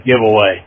giveaway